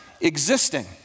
existing